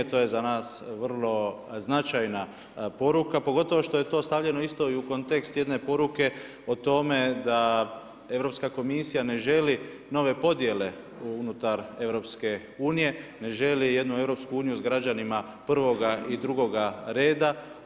To je za nas vrlo značajna poruka pogotovo što je to stavljeno isto i u kontekst jedne poruke o tome da Europska komisija ne želi nove podjele unutar EU, ne želi jednu EU s građanima prvoga i drugoga reda.